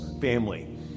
family